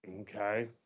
Okay